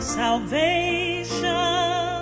salvation